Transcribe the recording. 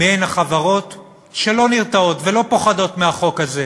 מי הן החברות שלא נרתעות ולא פוחדות מהחוק הזה